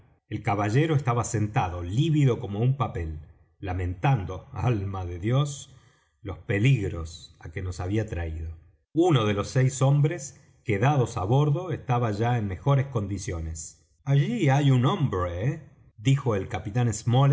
el caballero estaba sentado lívido como un papel lamentando alma de dios los peligros á que nos había traído uno de los seis hombres quedados á bordo estaba ya en mejores condiciones allí hay un hombre dijo el capitán